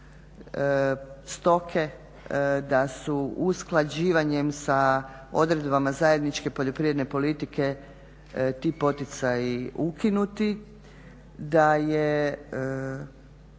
stoke, da su usklađivanjem sa odredbama zajedničke poljoprivredne politike ti poticaji ukinuti, da je